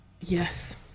Yes